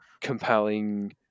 compelling